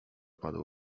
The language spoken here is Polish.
padł